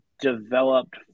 developed